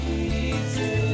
easy